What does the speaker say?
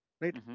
Right